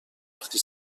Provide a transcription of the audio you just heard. وقتی